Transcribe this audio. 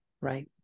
right